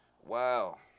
Wow